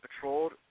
patrolled